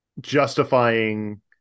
justifying